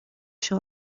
seo